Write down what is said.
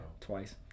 twice